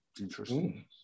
Interesting